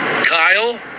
Kyle